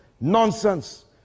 nonsense